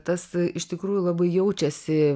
tas iš tikrųjų labai jaučiasi